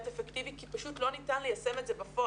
אפקטיבי כי פשוט לא ניתן ליישם את זה בפועל.